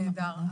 נהדר.